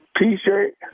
T-shirt